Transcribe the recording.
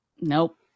nope